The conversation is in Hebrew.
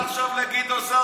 קפץ ארבע מפלגות.